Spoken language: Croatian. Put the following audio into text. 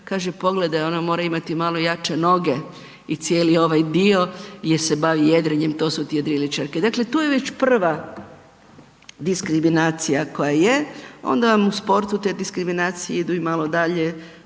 kaže pogledaj ona mora imati malo jače noge i cijeli ovaj dio jer se bavi jedrenjem, to su ti jedriličarke. Dakle, to je već prva diskriminacija koja je, onda vam u sportu te diskriminacije idu i malo dalje,